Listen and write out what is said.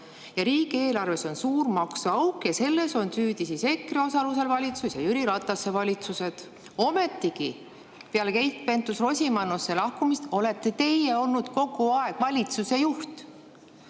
ja riigieelarves on suur maksuauk ja selles on süüdi EKRE osalusel valitsus ja Jüri Ratase valitsused. Ometigi, peale Keit Pentus-Rosimannuse lahkumist olete teie olnud kogu aeg valitsuse juht.